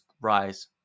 rise